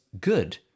good